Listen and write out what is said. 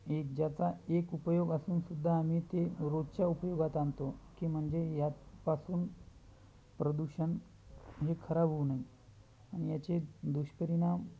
एक ज्याचा एक उपयोग असून सुद्धा आम्ही ते रोजच्या उपयोगात आणतो की म्हणजे यापासून प्रदूषण हे खराब होऊ नये आणि याचे दुष्परिणाम